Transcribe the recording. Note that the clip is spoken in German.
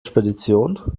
spedition